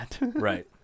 Right